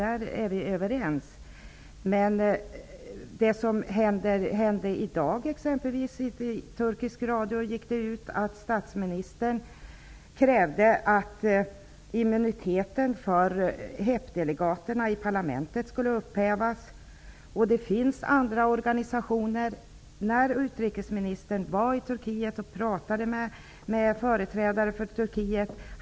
Det är vi överens om. Men i dag gick det exempelvis ut i turkisk radio att statsministern krävde att immuniteten för HEP-delegaterna i parlamentet skulle upphävas. Utrikesministern var i Turkiet och pratade med företrädare för Turkiet.